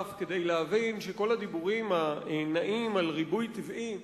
דמוגרף כדי להבין שכל הדיבורים הנאים על ריבוי טבעי,